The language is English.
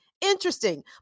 Interesting